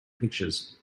pictures